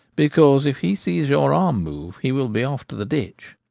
because if he sees your arm move he will be off to the ditch.